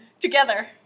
together